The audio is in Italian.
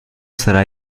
sarà